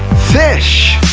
fish